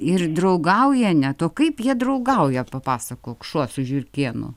ir draugauja net o kaip jie draugauja papasakok šuo su žiurkėnu